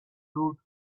rude